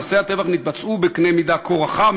מעשי הטבח נתבצעו בקנה מידה כה רחב,